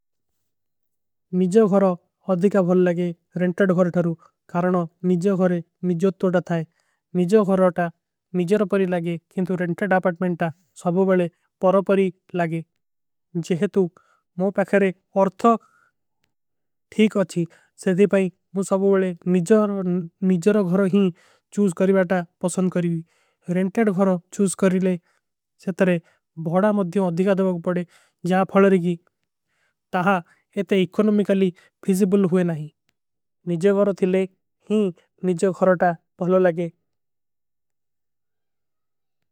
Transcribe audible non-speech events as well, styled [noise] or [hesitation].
ମିଜ୍ଯୋ ଘରୋ ଅଧିକା ଭଲ ଲଗେ ରେଂଟେଡ ଘର ଥରୂ କାରଣୋ ମିଜ୍ଯୋ ଘରେ ମିଜ୍ଯୋ। ତୋଡା ଥାଈ ମିଜ୍ଯୋ ଘରୋ ତା ମିଜର ପରୀ ଲଗେ କିନ୍ଟୁ ରେଂଟେଡ ଆପାଟ୍ମେଂଟ ତା। ସବଵଲେ ପରପରୀ ଲଗେ ଜହେଂ ତୋ ମୁଝେ ପୈକର ଏକ ଅର୍ଥାକ ଠୀକ ହୋଚୀ ସେଧୀ। ପାଈ ମୁଝେ ସବଵଲେ [hesitation] ମିଜ୍ଯୋ ଘରୋ ହୀ ଚୂଜ କରୀବାଟା। ପସଂଦ କରୀବୀ ରେଂଟେଡ ଘରୋ ଚୂଜ କରୀ ଲେ ସେ ତରେ ଭଡା ମଦ୍ଯୋଂ ଅଧିକା। ଦଵାଗ ପଡେ ଜା ଫଲରୀଗୀ ତାହା ଯେ ତେ ଏକୋନୋମିକଲୀ ଫିଜିବଲ। ହୁଏ ନହୀଂ ନିଜ୍ଯୋ ଘରୋ ଥିଲେ ହୀ ନିଜ୍ଯୋ ଘରୋ ଟା ବହଲୋ ଲଗେ।